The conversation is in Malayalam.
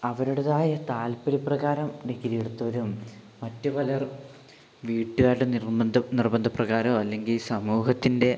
അവരുടേതായ താൽപര്യപ്രകാരം ഡിഗ്രി എടുത്തവരും മറ്റുപലർ വീട്ടുകാരുടെ നിർബന്ധ നിർബന്ധപ്രകാരം അല്ലെങ്കിൽ സമൂഹത്തിന്റെ